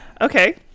Okay